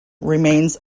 remains